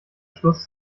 schluss